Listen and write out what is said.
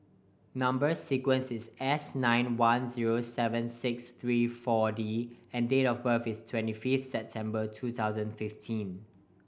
number sequence is S nine one zero seven six three Four D and date of birth is twenty fifth September two thousand fifteen